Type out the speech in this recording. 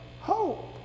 hope